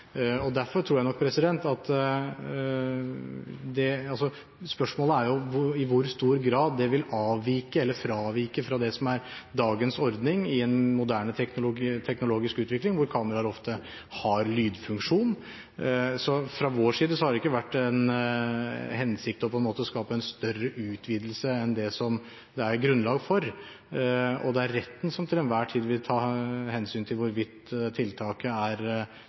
Spørsmålet er i hvor stor grad det vil fravike det som er dagens ordning, i en moderne teknologisk utvikling hvor kameraer ofte har en lydfunksjon. Så fra vår side har det ikke vært en hensikt å skape en større utvidelse enn det er grunnlag for, og det er retten som til enhver tid vil ta hensyn til hvorvidt tiltaket er